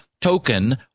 token